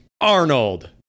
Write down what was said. Arnold